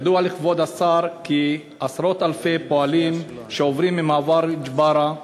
ידוע לכבוד השר כי לעשרות-אלפי פועלים שעוברים ממעבר ג'בארה,